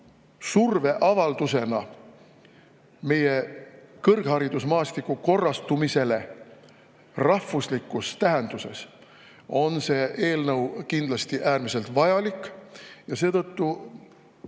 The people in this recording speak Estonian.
surveavaldusena meie kõrgharidusmaastiku korrastumisele rahvuslikus tähenduses on see eelnõu kindlasti äärmiselt vajalik. Seetõttu